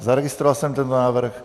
Zaregistroval jsem tento návrh.